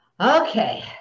Okay